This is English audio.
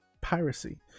piracy